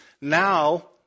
now